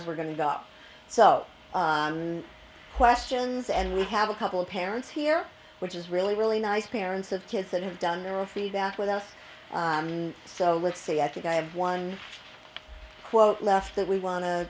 as we're going to go up so questions and we have a couple of parents here which is really really nice parents of kids that have done their feedback with us so let's say i think i have one quote left that we want to